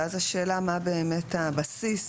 ואז השאלה היא מה באמת הבסיס?